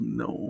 no